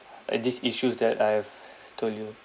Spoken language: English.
at these issues that I've told you